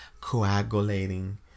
coagulating